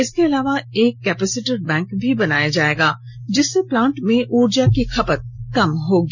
इसके अलावा एक कैपिसिटर बैंक भी बनाया जाएगा जिससे प्लान्ट में उर्जा की खपत कम होगी